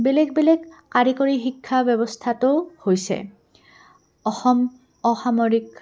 বেলেগ বেলেগ কাৰিকৰী শিক্ষা ব্যৱস্থাটো হৈছে অসম অসামৰিক